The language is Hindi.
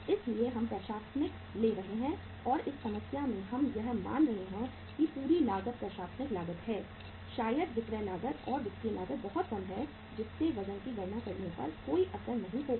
इसलिए हम प्रशासनिक ले रहे हैं और इस समस्या में हम यह मान रहे हैं कि पूरी लागत प्रशासनिक लागत है शायद विक्रय लागत और वित्तीय लागत बहुत कम है जिससे वजन की गणना करने में कोई असर नहीं होगा